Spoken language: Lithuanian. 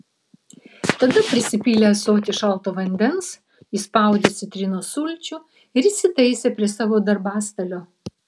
tada prisipylė ąsotį šalto vandens įspaudė citrinos sulčių ir įsitaisė prie savo darbastalio